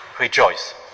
rejoice